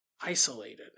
Isolated